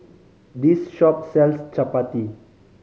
this shop sells Chapati